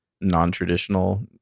non-traditional